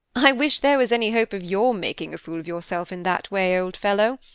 i wish there was any hope of your making a fool of yourself in that way, old fellow.